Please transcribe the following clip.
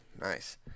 Nice